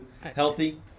Healthy